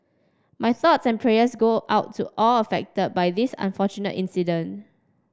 my thoughts and prayers go out to all affected by this unfortunate incident